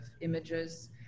images